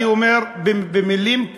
אני אומר במילים האלה.